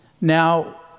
Now